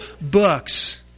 books